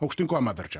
aukštyn kojom apverčia